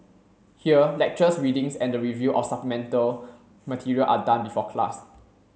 here lectures readings and the review of supplemental material are done before class